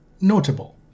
notable